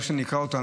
איך שאני אקרא אותם,